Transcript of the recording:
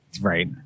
right